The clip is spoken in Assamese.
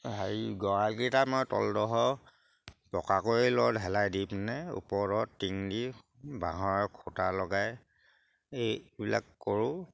হেৰি গড়ালকেইটা মই তলডোখৰ পকা কৰি লওঁ ঢালাই দি পিনে ওপৰত টিং দি বাঁহৰে খুটা লগাই এইবিলাক কৰোঁ